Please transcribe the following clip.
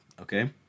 okay